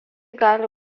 gali